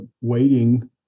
waiting